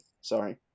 sorry